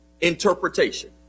interpretation